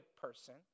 person